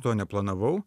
to neplanavau